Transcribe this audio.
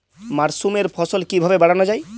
মাসরুমের ফলন কিভাবে বাড়ানো যায়?